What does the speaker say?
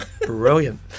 brilliant